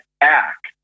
act